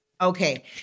Okay